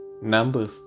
Numbers